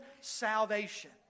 salvation